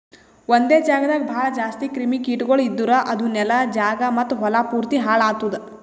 ಒಂದೆ ಜಾಗದಾಗ್ ಭಾಳ ಜಾಸ್ತಿ ಕ್ರಿಮಿ ಕೀಟಗೊಳ್ ಇದ್ದುರ್ ಅದು ನೆಲ, ಜಾಗ ಮತ್ತ ಹೊಲಾ ಪೂರ್ತಿ ಹಾಳ್ ಆತ್ತುದ್